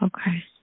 Okay